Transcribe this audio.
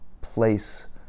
place